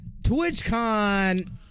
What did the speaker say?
TwitchCon